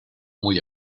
muy